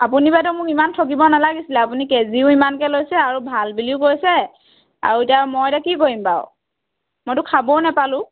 আপুনি বাইদেউ মোক ইমান ঠগিব নালাগিছিলে আপুনি কেজিও ইমানকৈ লৈছে আৰু ভাল বুলিও কৈছে আৰু এতিয়া মই এতিয়া কি কৰিম বাৰু মইতো খাবও নাপালোঁ